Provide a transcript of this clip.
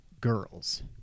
girls